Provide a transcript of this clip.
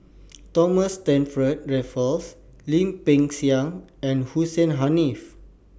Thomas Stamford Raffles Lim Peng Siang and Hussein Haniff